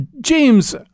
James